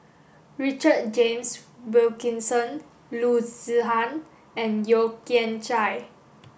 Richard James Wilkinson Loo Zihan and Yeo Kian Chai